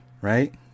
Right